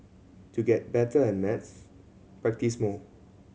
to get better at maths practise more